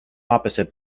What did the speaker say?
opposite